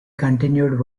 continued